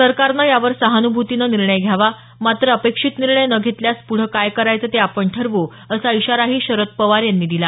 सरकारनं यावर सहानुभूतीनं निर्णय घ्यावा मात्र अपेक्षित निर्णय न घेतल्यास पुढं काय करायचे ते आपण ठरवू असा इशाराही शरद पवार यांनी यावेळी दिला